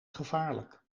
gevaarlijk